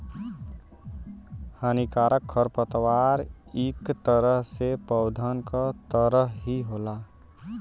हानिकारक खरपतवार इक तरह से पौधन क तरह ही होला